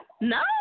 No